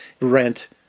rent